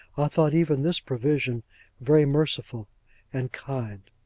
i thought even this provision very merciful and kind.